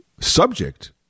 subject